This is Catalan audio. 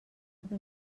tarda